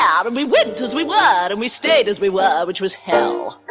um and we went as we were but and we stayed as we were, which was hell.